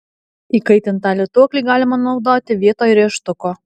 įkaitintą lituoklį galima naudoti vietoj rėžtuko